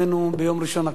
כבר ביום ראשון הקרוב,